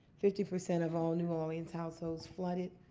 fifty percent of all new orleans households flooded.